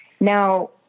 Now